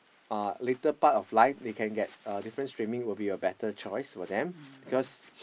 uh later part of life we can get uh different streaming would be a better choice for them because